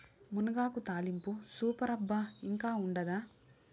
మునగాకు తాలింపు సూపర్ అబ్బా ఇంకా ఉండాదా